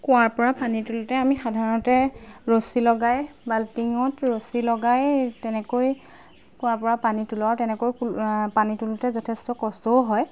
কুঁৱাৰ পৰা পানী তোলোতে আমি সাধাৰণতে ৰছী লগাই বাল্টিঙত ৰছী লগাই তেনেকৈ কুঁৱাৰ পৰা পানী তোলো আৰু তেনেকৈ পানী তোলোতে যথেষ্ট কষ্টও হয়